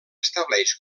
estableix